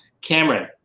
Cameron